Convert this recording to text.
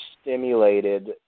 stimulated